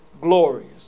glorious